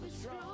strong